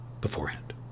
beforehand